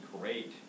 great